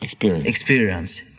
Experience